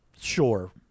sure